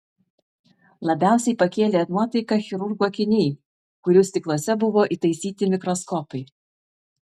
labiausiai pakėlė nuotaiką chirurgų akiniai kurių stikluose buvo įtaisyti mikroskopai